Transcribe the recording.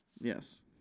Yes